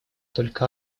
только